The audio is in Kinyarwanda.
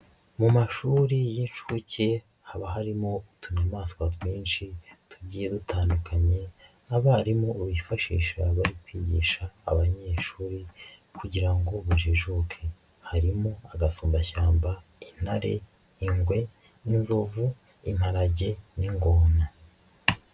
Mu mashuri y'inshuke haba harimo utunyamaswa twinshi tugiye dutandukanye, abarimu bifashisha bari kwigisha abanyeshuri kugira ngo bujijuke, harimo agasumbashyamba, intare, ingwe, inzovu, imparage n'ingona.